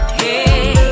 hey